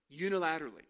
unilaterally